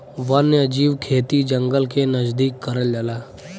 वन्यजीव खेती जंगल के नजदीक करल जाला